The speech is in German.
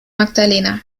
magdalena